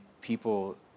people